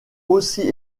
aussi